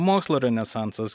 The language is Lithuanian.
mokslo renesansas